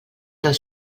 del